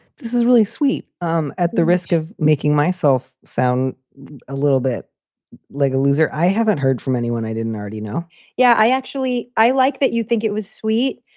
this is really sweet. um at the risk of making myself sound a little bit like a loser. i haven't heard from anyone i didn't already know yeah, i actually. i like that. you think it was sweet.